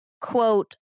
Quote